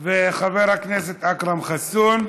וחבר הכנסת אכרם חסון.